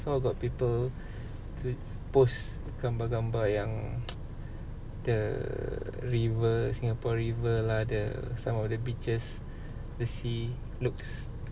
saw got people post gambar-gambar yang the river singapore river lah the some of the beaches the sea looks